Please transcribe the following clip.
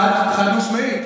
חד-משמעית.